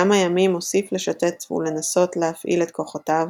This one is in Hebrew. כמה ימים הוסיף לשוטט ולנסות להפעיל את כוחותיו,